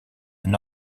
une